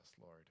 Lord